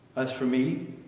as for me,